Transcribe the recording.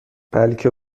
بلکه